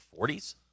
40s